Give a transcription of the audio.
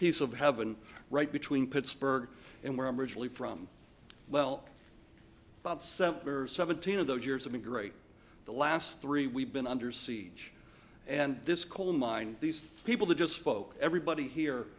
piece of heaven right between pittsburgh and where i'm originally from well seventeen of those years have been great the last three we've been under siege and this coal mine these people to just spoke everybody here